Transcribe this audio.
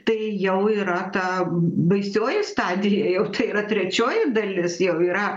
tai jau yra ta baisioji stadija jau tai yra trečioji dalis jau yra